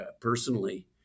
personally